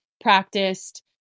practiced